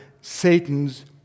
Satan's